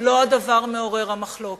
לא הדבר מעורר המחלוקת.